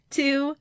two